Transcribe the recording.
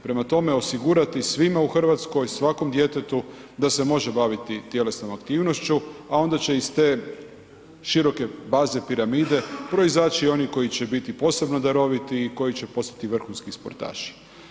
Prema tome, osigurati svima u Hrvatskoj, svakom djetetu da se može baviti tjelesnom aktivnošću a onda će iz te široke baze piramide proizaći oni koji će biti posebno daroviti i koji će postati vrhunski sportaši.